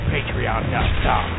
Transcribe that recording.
Patreon.com